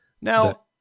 Now